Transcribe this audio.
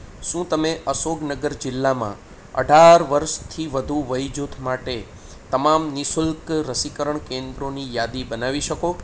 શું તમે અશોક નગર જિલ્લામાં અઢાર વર્ષથી વધુ વયજૂથ માટે તમામ નિ શુલ્ક રસીકરણ કેન્દ્રોની યાદી બનાવી શકો